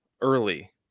early